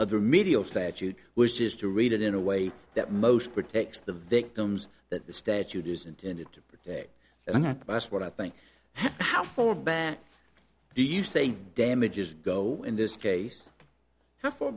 of the remedial statute which is to read it in a way that most protects the victims that the statute is intended for and that that's what i think how for back do you say damages go in this case how far